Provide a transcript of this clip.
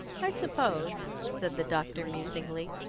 i suppose, said the doctor musingly,